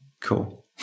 Cool